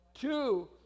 Two